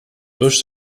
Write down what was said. durch